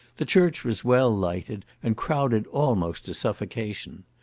the church was well lighted, and crowded almost to suffocation.